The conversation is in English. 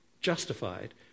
justified